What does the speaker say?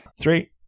Three